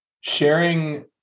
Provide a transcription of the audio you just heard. sharing